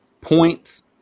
points